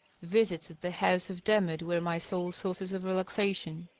visits at the house of demotte were my sole sources of relaxation.